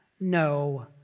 No